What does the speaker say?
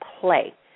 play